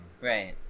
right